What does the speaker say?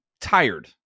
tired